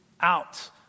out